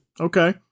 Okay